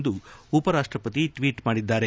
ಎಂದು ಉಪರಾಷ್ಟಪತಿ ಟ್ನೀಟ್ ಮಾಡಿದ್ಲಾರೆ